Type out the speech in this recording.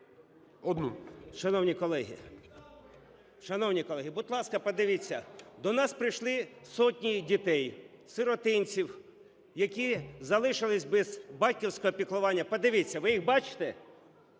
шановні колеги, будь ласка, подивіться: до нас прийшли сотні дітей з сиротинців, які залишились без батьківського піклування. Подивіться, ви їх бачите?